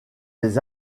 des